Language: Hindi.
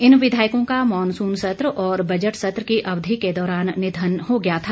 इन विधायकों का मॉनसून सत्र और बजट सत्र की अवधि के दौरान निधन हो गया था